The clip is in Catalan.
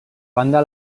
banda